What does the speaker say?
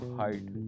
hide